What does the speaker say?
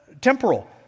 temporal